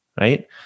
Right